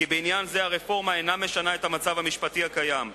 כי בעניין זה הרפורמה אינה משנה את המצב המשפטי הקיים.